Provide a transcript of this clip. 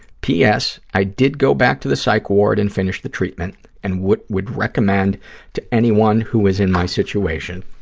p. s, i did go back to the psych ward and finish the treatment and would would recommend to anyone who is in my situation.